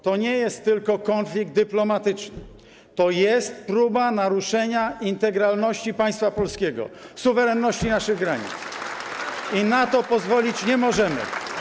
To nie tylko konflikt dyplomatyczny, to jest próba naruszenia integralności państwa polskiego, suwerenności naszych granic i na to pozwolić nie możemy.